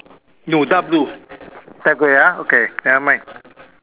no dark blue dark grey ah okay never mind